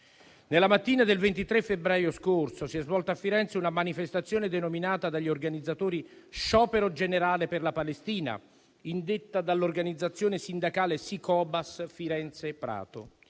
Nella mattina del 23 febbraio scorso si è svolta a Firenze una manifestazione denominata dagli organizzatori «Sciopero generale per la Palestina», indetta dall'organizzazione sindacale SI Cobas Firenze-Prato.